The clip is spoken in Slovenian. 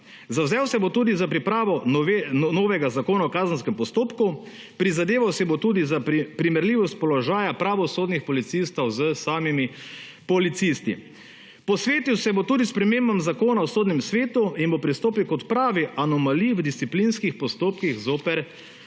Zavzel se bo tudi za pripravo novega Zakona o kazenskem postopku, prizadeval se bo tudi za primerljivost položaja pravosodnih policistov s samimi policisti. Posvetil se bo tudi spremembah Zakona o Sodnem svetu in bo pristopil k odpravi anomalij v disciplinskih postopkih zoper